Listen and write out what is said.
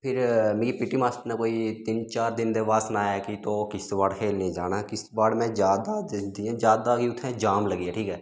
फिर मिगी P T master ने कोई तिन्न चार दिन दे बाद सनाया कि तो किश्तबाड़ खेलने जाना ऐ किश्तबाड़ में जा दा हा ते जियां जा दा हा उत्थैं जाम लग्गी गेआ ठीक ऐ